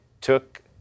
took